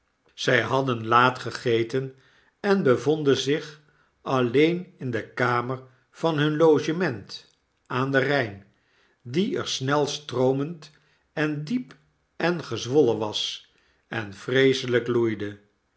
zg hadden laat gegeten en bevonden zich alleen in de kamer van hun logement aan den bjjn die er snelstroomend en diep en gezwollen was en vreeselijk loeide